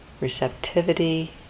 receptivity